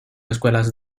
escuelas